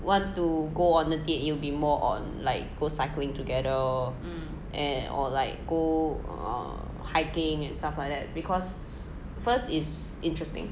want to go on a date it will be more on like go cycling together and or like go err hiking and stuff like that because first is interesting